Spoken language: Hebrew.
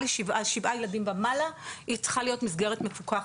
לשבעה ילדים היא צריכה להיות מסגרת מפוקחת,